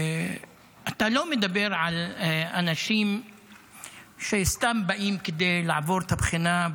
ואתה לא מדבר על אנשים שסתם באים כדי לעבור את הבחינה,